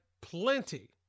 plenty